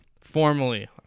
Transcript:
formally